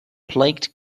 plagued